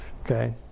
okay